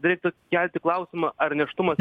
reiktų kelti klausimą ar nėštumas